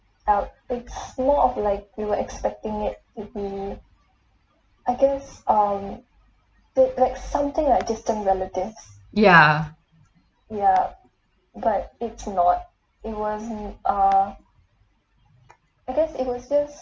ya